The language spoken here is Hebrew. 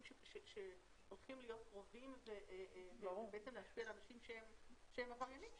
שהולכים להיות קרובים ולהשפיע על אנשים שהם עבריינים.